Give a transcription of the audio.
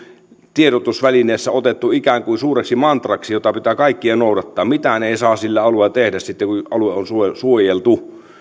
tiedotusvälineissä otettu ikään kuin suureksi mantraksi jota pitää kaikkien noudattaa mitään ei saa sillä alueella tehdä sitten kun alue on suojeltu